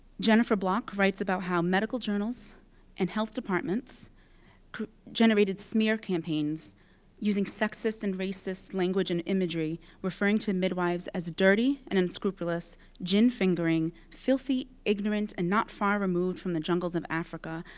jennifer block writes about how medical journals and health departments generated smear campaigns using sexist and racist language and imagery, referring to midwives as dirty and unscrupulous gin-fingering, filthy, ignorant, and not far removed from the jungles of africa,